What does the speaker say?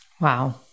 Wow